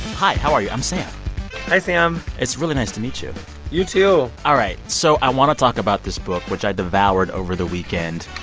hi. how are you? i'm sam hi, sam it's really nice to meet you you, too all right. so i want to talk about this book, which i devoured over the weekend.